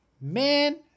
Man